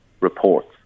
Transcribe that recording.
reports